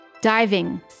Diving